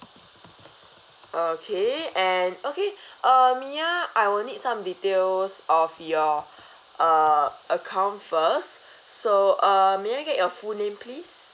okay and okay uh mya I will need some details of your uh account first so uh may I get your full name please